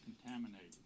contaminated